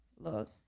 look